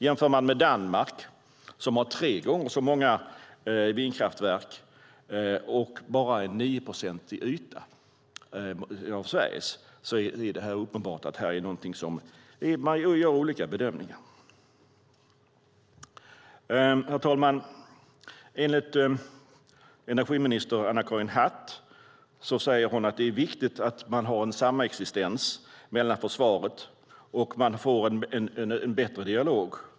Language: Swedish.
Jämför man med Danmark, som har tre gånger så många vindkraftverk på bara 9 procent av Sveriges yta, är det uppenbart att man gör olika bedömningar. Herr talman! Energiminister Anna-Karin Hatt säger att det är viktigt att man har en samexistens med försvaret. Man får en bättre dialog.